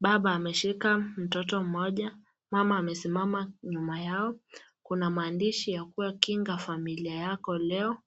baba ameshika mtoto mmoja mama amesimama nyuma yao, kuna maandishi ya kuwa kinga familia yako leo.